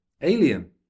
alien